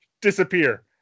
disappear